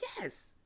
yes